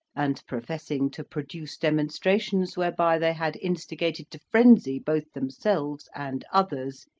and professing to produce demonstrations whereby they had insti gated to frenzy both themselves and others,